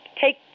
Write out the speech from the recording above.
take